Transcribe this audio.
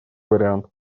вариант